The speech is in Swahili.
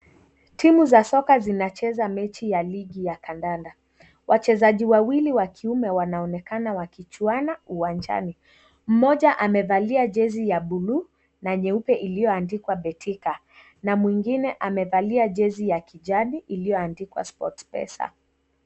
Timu za soka zinacheza mechi ya ligi ya kandanda. Wachezaji wawili wa kiume wanaonekana wakichuana uwanjani. Mmoja amevalia jezi la buluu na nyeupe iliyoandikwa Betika na mwengine amevalia jezi ya kijani iliyoandikwa Sportpesa.